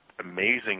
amazing